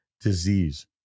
disease